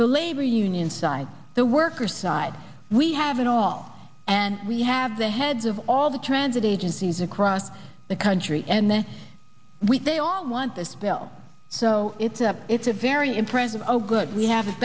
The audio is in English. the labor union side the workers side we have it all and we have the heads of all the transit agencies across the country and their week they all want this bill so it's a it's a very impressive oh good we have it